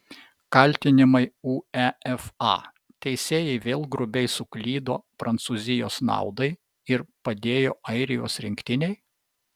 kaltinimai uefa teisėjai vėl grubiai suklydo prancūzijos naudai ir padėjo airijos rinktinei